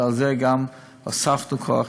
בגלל זה גם הוספנו כוח.